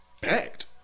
packed